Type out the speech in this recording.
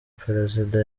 perezida